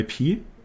IP